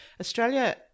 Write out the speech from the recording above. Australia